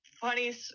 funny